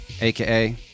AKA